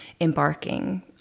embarking